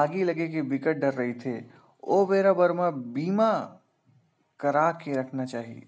आगी लगे के बिकट डर रहिथे ओ बेरा बर बीमा करा के रखना चाही